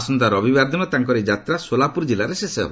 ଆସନ୍ତା ରବିବାର ଦିନ ତାଙ୍କର ଏହି ଯାତ୍ରା ସୋଲାପୁର କିଲ୍ଲାରେ ଶେଷ ହେବ